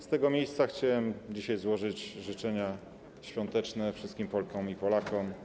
Z tego miejsca chciałem dzisiaj złożyć życzenia świąteczne wszystkim Polkom i Polakom.